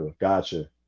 Gotcha